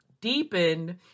deepened